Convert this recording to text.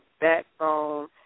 backbone